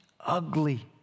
ugly